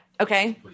Okay